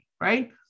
right